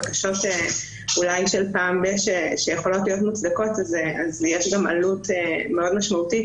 בקשות אולי של פעם ב- שיכולות להיות מוצדקות אז יש גם עלות מאוד משמעותית